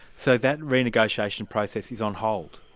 so that renegotiation process is on hold?